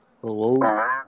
Hello